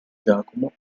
giacomo